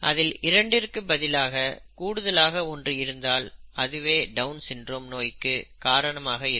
அதில் இரண்டிற்கு பதிலாக கூடுதலாக ஒன்று இருந்தால் அதுவே டவுன் சிண்ட்ரோம் நோய்க்கு காரணமாக இருக்கும்